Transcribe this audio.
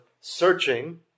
searching